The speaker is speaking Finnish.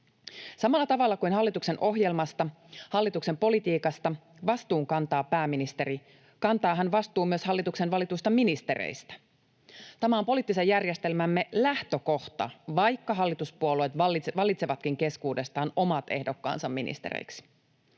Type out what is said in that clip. Samalla tavalla kuin hallituksen ohjelmasta, hallituksen politiikasta, vastuun kantaa pääministeri, kantaa hän vastuun myös hallitukseen valituista ministereistä. Tämä on poliittisen järjestelmämme lähtökohta, vaikka hallituspuolueet valitsevatkin keskuudestaan omat ehdokkaansa ministereiksi.